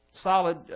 solid